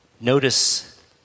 notice